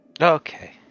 Okay